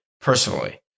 Personally